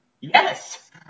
Yes